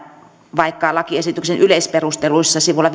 vaikka lakiesityksen yleisperusteluissa sivulla